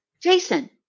Jason